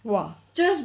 !wah!